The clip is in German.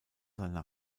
seine